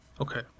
Okay